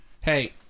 hey